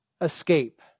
escape